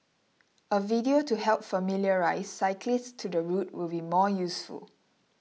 a video to help familiarise cyclists to the route will be more useful